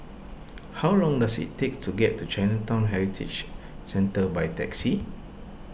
how long does it take to get to Chinatown Heritage Centre by taxi